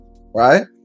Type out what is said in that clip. right